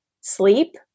sleep